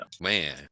man